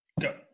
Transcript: go